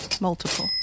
Multiple